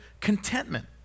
contentment